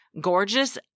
gorgeous